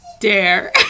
dare